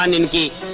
um and get